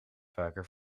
vaker